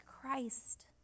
Christ